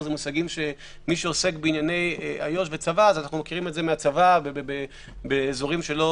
מי שעוסק בענייני איו"ש וצבא מכיר את המושג סגר באזורים שלא